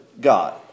God